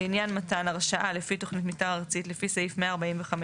לעניין מתן הרשאה לפי תוכנית מיתאר ארצית לפי סעיף 145(ח)(3),